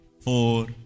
four